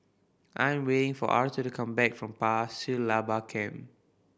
I am waiting for Arther to come back from Pasir Laba Camp